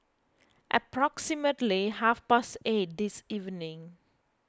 approximately half past eight this evening